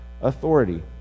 authority